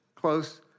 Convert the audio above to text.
close